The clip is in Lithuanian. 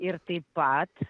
ir taip pat